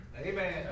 Amen